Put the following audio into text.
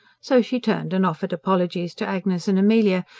so she turned and offered apologies to agnes and amelia,